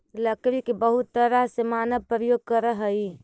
लकड़ी के बहुत तरह से मानव प्रयोग करऽ हइ